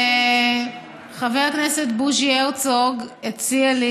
חבר הכנסת בוז'י הרצוג הציע לי,